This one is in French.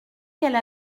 qu’elle